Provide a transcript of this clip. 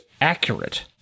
accurate